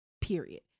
Period